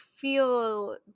feel